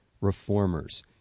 Reformers